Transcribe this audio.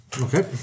Okay